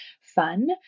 fun